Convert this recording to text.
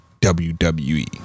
WWE